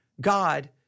God